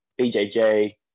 BJJ